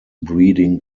breeding